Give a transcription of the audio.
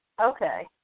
Okay